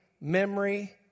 memory